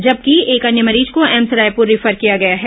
जबकि एक अन्य मरीज को एम्स रायपुर रिफर किया गया है